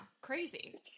crazy